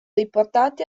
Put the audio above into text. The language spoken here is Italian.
riportati